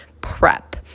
prep